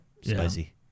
Spicy